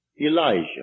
Elijah